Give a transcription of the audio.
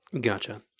Gotcha